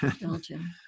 Belgium